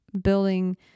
building